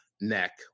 neck